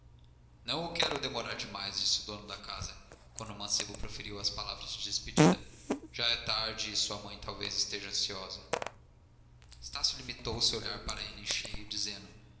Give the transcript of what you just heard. não o quero demorar mais disse o dono da casa quando o mancebo proferiu as palavras de despedida já é tarde e sua mãe talvez esteja ansiosa estácio limitou-se a olhar para ele em cheio dizendo